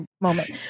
moment